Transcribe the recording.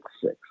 six